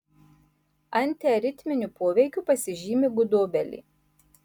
antiaritminiu poveikiu pasižymi gudobelė